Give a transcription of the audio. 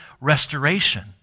restoration